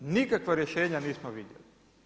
Nikakva rješenja nismo vidjeli.